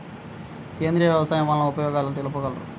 సేంద్రియ వ్యవసాయం వల్ల ఉపయోగాలు తెలుపగలరు?